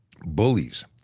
bullies